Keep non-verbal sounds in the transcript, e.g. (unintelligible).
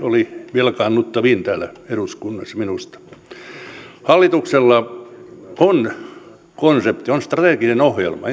oli velkaannuttavin täällä eduskunnassa minusta hallituksella on ensimmäistä kertaa suomessa konsepti on strateginen ohjelma (unintelligible)